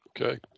Okay